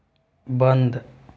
बंद